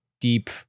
deep